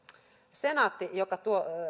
senaatti joka